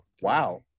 wow